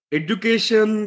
education